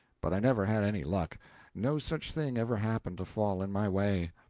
but i never had any luck no such thing ever happened to fall in my way.